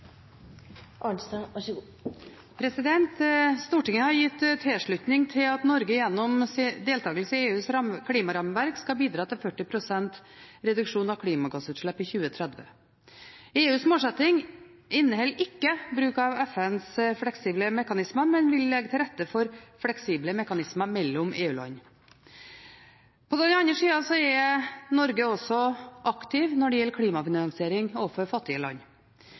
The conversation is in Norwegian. Stortinget har gitt sin tilslutning til at Norge gjennom sin deltakelse i EUs klimarammeverk skal bidra til 40 pst. reduksjon av klimagassutslipp i 2030. EUs målsetting inneholder ikke bruk av FNs fleksible mekanismer, men vil legge til rette for fleksible mekanismer mellom EU-land. På den andre siden er Norge også aktiv når det gjelder klimafinansiering overfor fattige land.